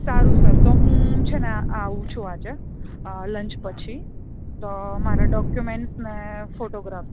સારું સર તો હું છે ને આવું છું આજે લંચ પછી તો મારા ડોકયુમેન્ટ્સ ને ફોટોગ્રાફ